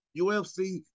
UFC